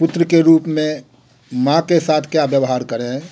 पुत्र के रूप में माँ के साथ क्या व्यवहार करें